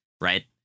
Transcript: right